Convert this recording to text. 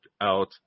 out